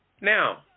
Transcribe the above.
Now